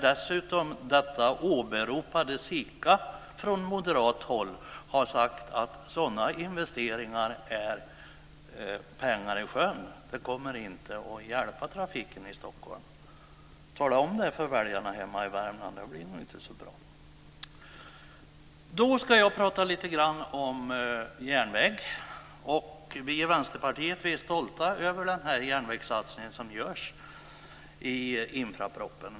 Dessutom åberopades från moderat håll att SIKA sagt att sådana investeringar är pengar i sjön, att de inte kommer att vara till hjälp för trafiken i Stockholm. Tala om det för väljarna hemma i Värmland! De blir nog inte så glada. Nu ska jag säga lite grann om järnvägen. Vi i Vänsterpartiet är stolta över den järnvägssatsning som görs i infrastrukturpropositionen.